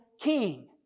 king